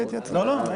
תהיה התייעצות סיעתית.